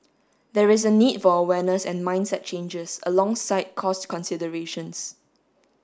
there is a need for awareness and mindset changes alongside cost considerations